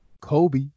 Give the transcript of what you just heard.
Kobe